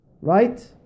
Right